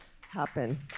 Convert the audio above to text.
happen